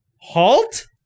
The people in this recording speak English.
halt